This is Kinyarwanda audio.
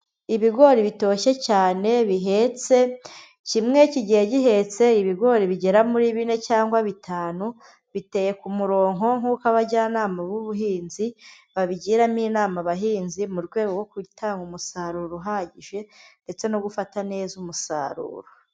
Ibigori bitoshye cyane bihetse, kimwe kigiye gihetse ibigori bigera muri bine cyangwa bitanu, biteye ku muronko nkuko abajyanama b'ubuhinzi babigiramo inama abahinzi mu rwego rwo gutanga umusaruro uhagije, ndetse no gufata neza umusaruro.